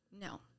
no